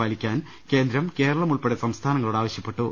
പാലിക്കാൻ കേന്ദ്രം കേരളം ഉൾപ്പെടെ സംസ്ഥാനങ്ങളോട് ആവശ്യപ്പെട്ടു